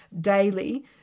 daily